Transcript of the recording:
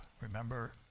Remember